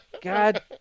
God